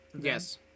Yes